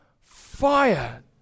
fire